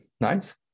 Nice